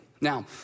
Now